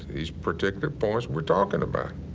these particular points we're talking about.